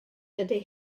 dydy